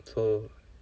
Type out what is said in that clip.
so